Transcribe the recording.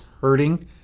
hurting